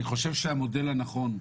אני חושב שהמודל הנכון,